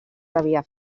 devia